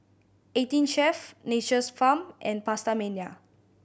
Eighteen Chef Nature's Farm and PastaMania